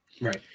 Right